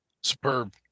Superb